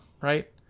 right